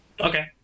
Okay